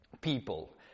people